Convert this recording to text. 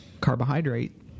carbohydrate